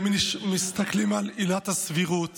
הם מסתכלים על עילת הסבירות